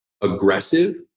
aggressive